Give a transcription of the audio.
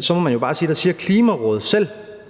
så må man jo bare sige, at det, Klimarådet selv